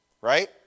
Right